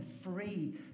free